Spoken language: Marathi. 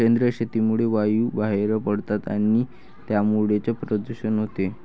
सेंद्रिय शेतीमुळे वायू बाहेर पडतात आणि त्यामुळेच प्रदूषण होते